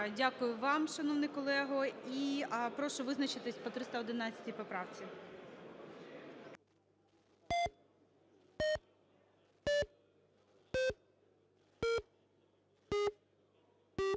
Дякую вам, шановний колего. І прошу визначатися по 311 поправці.